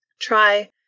Try